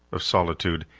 of solitude,